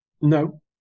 No